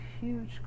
huge